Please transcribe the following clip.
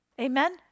Amen